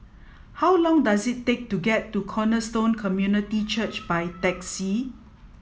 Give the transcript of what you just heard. how long does it take to get to Cornerstone Community Church by taxi